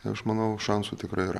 aš manau šansų tikrai yra